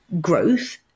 growth